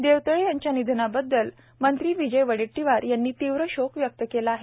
देवतळे यांच्या निधनाबद्दल मंत्री विजय वडेट्टीवार यांनी तीव्र शोक व्यक्त केला आहे